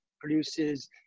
produces